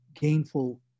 gainful